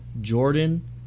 Jordan